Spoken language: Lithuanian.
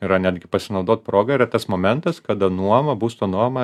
yra netgi pasinaudot proga yra tas momentas kada nuoma būsto nuoma